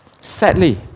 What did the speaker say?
Sadly